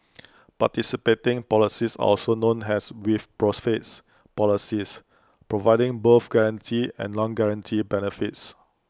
participating policies are also known as 'with profits' policies providing both guaranteed and non guaranteed benefits